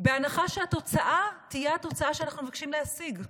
בהנחה שהתוצאה תהיה התוצאה שאנחנו מבקשים להשיג,